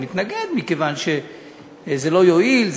הוא מתנגד מכיוון שזה לא יועיל,